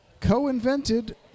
Co-invented